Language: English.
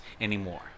anymore